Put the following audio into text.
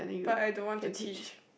but I don't want to teach